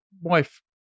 wife